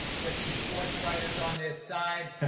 get some sports writers on this side.